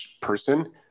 person